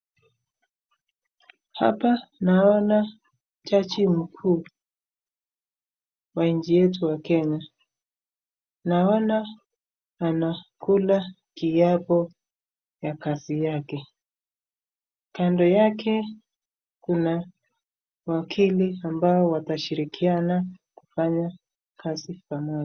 Hapa naona jaji mkuu wa nchi yetu ya Kenya, naona anakula kiapo ya kazi yake. kando yake kuna wageni ambao watashirikiana kufanya kazi pamoja.